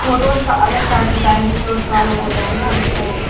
photos का अलग charge होता है वीडियोज़ का अलग होता है ना तो